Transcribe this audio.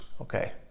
Okay